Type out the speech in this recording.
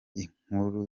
inkuru